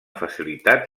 facilitat